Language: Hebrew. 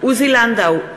עוזי לנדאו,